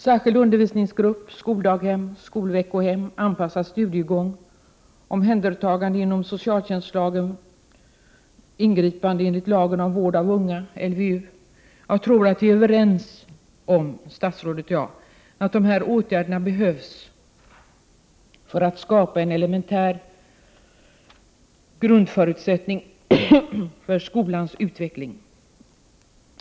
Särskilda undervisningsgrupper, skoldaghem, skolveckohem, anpassad studiegång, omhändertagande enligt socialtjänstlagen, ingripande enligt lagen om vård av unga, LVU, — jag tror att statsrådet och jag är överens om att dessa åtgärder behövs för att skapa en grundförutsättning för skolans utveckling.